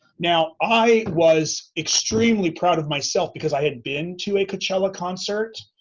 now, i was extremely proud of myself because i had been to a coachella concert,